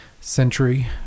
century